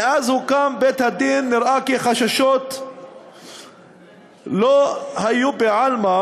מאז הוקם בית-הדין נראה כי החששות לא היו בעלמא